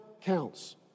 counts